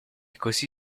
così